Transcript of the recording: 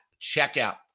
checkout